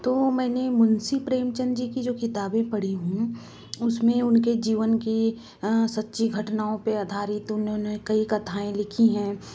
तो मैंने मुंशी प्रेमचंद जी की जो किताबे पढ़ी हूँ उस में उनके जीवन की सच्ची घटनाओं पर आधारित उन्होंने कई कथाएं लिखी हैं